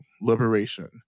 liberation